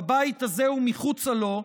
בבית הזה ומחוצה לו,